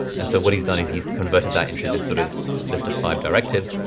and so what he's done is he's converted that into this sort of list of five directives,